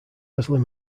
leslie